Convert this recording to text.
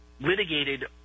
litigated